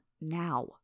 now